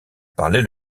parler